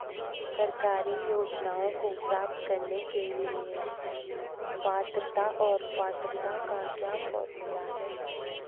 सरकारी योजनाओं को प्राप्त करने के लिए पात्रता और पात्रता का क्या फार्मूला है?